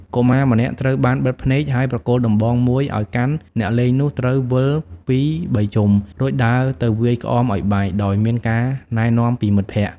កុមារម្នាក់ត្រូវបានបិទភ្នែក ហើយប្រគល់ដំបងមួយឱ្យកាន់អ្នកលេងនោះត្រូវវិលពីរបីជុំ រួចដើរទៅវាយក្អមឱ្យបែក ដោយមានការណែនាំពីមិត្តភក្តិ ។